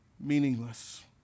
meaningless